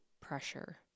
pressure